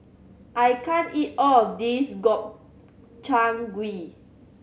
I can't eat all of this Gobchang Gui